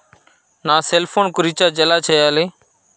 నా సెల్ఫోన్కు రీచార్జ్ ఎలా చేయాలి?